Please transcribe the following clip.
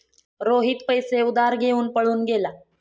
रोहित पैसे उधार घेऊन पळून गेला